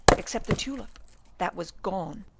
except the tulip that was gone.